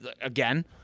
again